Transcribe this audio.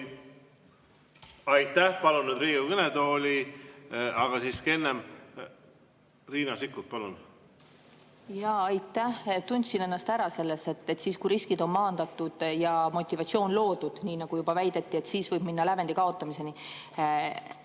Aitäh! Palun nüüd Riigikogu kõnetooli ... Aga siiski enne Riina Sikkut, palun! Aitäh! Tundsin ennast ära selles, et siis, kui riskid on maandatud ja motivatsioon loodud, nii nagu juba väideti, võib minna lävendi kaotamise